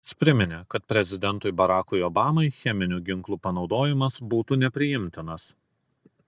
jis priminė kad prezidentui barackui obamai cheminių ginklų panaudojimas būtų nepriimtinas